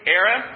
era